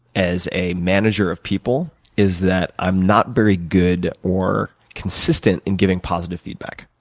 as a manager of people is that i am not very good or consistent in giving positive feedback.